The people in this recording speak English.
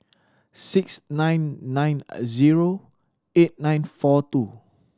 six nine nine zero eight nine four two